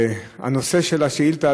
הנושא של השאילתה,